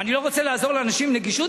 מה, אני לא רוצה לעזור לאנשים עם נגישות?